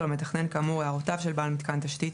למתכנן כאמור הערותיו של בעל מתקן תשתית,